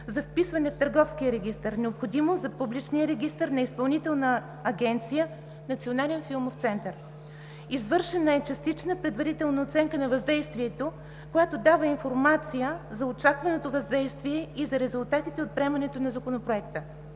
за вписване в Търговския регистър, необходимо за публичния регистър на Изпълнителна агенция „Национален филмов център“. Извършена е частична предварителна оценка на въздействието, която дава информация за очакваното въздействие и за резултатите от приемането на Законопроекта.